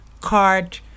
card